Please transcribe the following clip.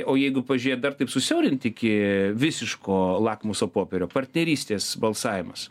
o jeigu pažiūrėt dar taip susiaurint iki visiško lakmuso popierio partnerystės balsavimas